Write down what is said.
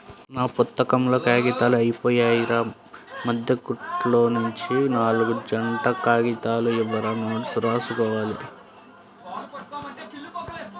నా పుత్తకంలో కాగితాలు అయ్యిపొయ్యాయిరా, మద్దె కుట్టులోనుంచి నాల్గు జంట కాగితాలు ఇవ్వురా నోట్సు రాసుకోవాలి